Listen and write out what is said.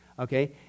Okay